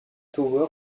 tower